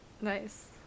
Nice